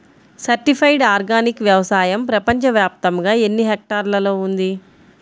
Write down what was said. Certified organic వ్యవసాయం ప్రపంచ వ్యాప్తముగా ఎన్నిహెక్టర్లలో ఉంది?